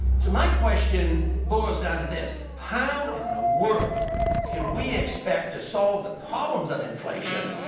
so, my question boils down to this how in the world can we expect to solve the problems of inflation?